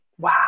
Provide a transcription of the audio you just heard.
Wow